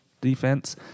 defense